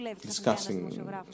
discussing